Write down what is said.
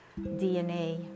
DNA